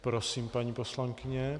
Prosím, paní poslankyně.